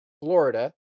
Florida